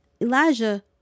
Elijah